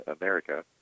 America